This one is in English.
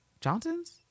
Johnson's